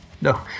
No